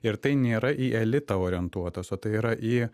ir tai nėra į elitą orientuotos o tai yra į